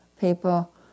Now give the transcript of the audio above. people